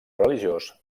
religiós